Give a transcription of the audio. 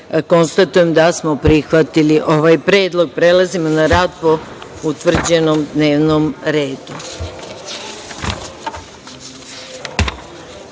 poslanika. Konstatujem da smo prihvatili ovaj predlog. Prelazimo na rad po utvrđenom dnevnom redu. Molim